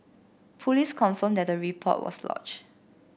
police confirmed that the report was lodged